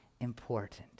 important